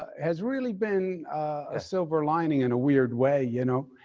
has really been a silver lining in a weird way, you know.